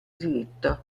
diritto